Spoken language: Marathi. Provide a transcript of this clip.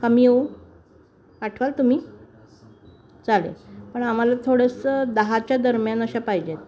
का मी येऊ पाठवाल तुम्ही चालेल पण आम्हाला थोडंसं दहाच्या दरम्यान अशा पाहिजेत